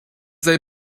they